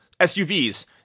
SUVs